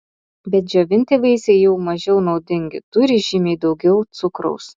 bet džiovinti vaisiai jau mažiau naudingi turi žymiai daugiau cukraus